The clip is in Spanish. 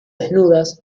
desnudas